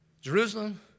Jerusalem